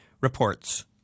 reports